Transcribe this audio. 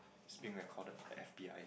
is being recorded by F_B_I